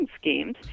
schemes